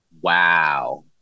wow